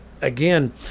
again